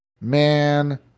man